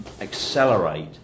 accelerate